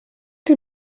que